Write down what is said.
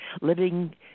living